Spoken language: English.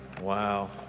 wow